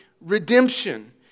redemption